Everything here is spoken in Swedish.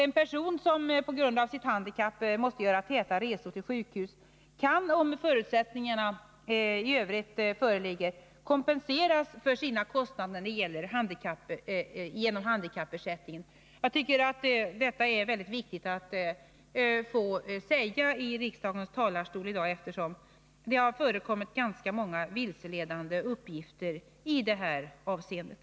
En person som på grund av sitt handikapp måste göra täta resor till sjukhus kan, om förutsättningar i övrigt föreligger, genom handikappersättningen kompenseras för sina kostnader. Det är mycket viktigt att få säga detta i riksdagens talarstol i dag, eftersom det har förekommit ganska många vilseledande uppgifter i det här avseendet.